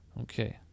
Okay